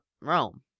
Rome